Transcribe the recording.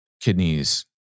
kidneys